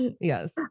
yes